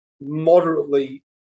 moderately